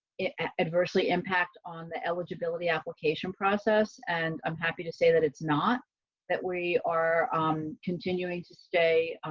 it adversely impact on the eligibility application process. and i'm happy to say that it's not that we are continuing to stay.